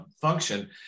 function